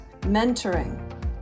mentoring